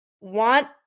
want